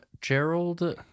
Gerald